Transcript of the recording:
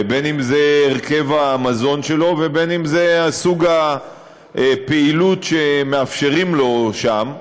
בין שזה הרכב המזון שלו ובין שזה סוג הפעילות שמאפשרים לו שם,